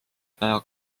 pea